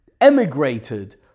emigrated